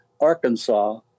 Arkansas